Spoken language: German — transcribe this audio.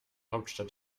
hauptstadt